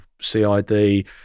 CID